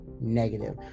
negative